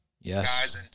Yes